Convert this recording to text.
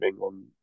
on